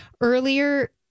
Earlier